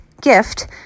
gift